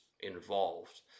involved